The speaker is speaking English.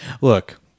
Look